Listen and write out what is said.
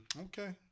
Okay